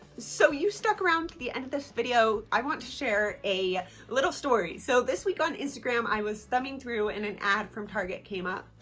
so you stuck around to the end of this video, i want to share a little story so this week on instagram i was thumbing through and an ad from target came up.